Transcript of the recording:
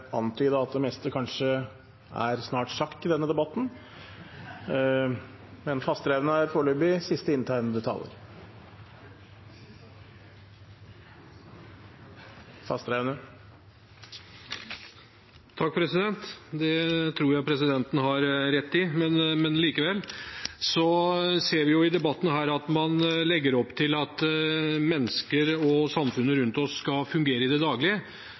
antyde at det meste kanskje snart er sagt i denne debatten. Det tror jeg presidenten har rett i, men likevel. Vi hører i debatten her at man legger opp til at mennesker og samfunnet rundt oss skal fungere i det